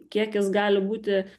kiek jis gali būti